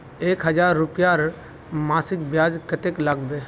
एक हजार रूपयार मासिक ब्याज कतेक लागबे?